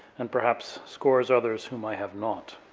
and perhaps, scores others whom i have not.